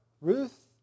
Ruth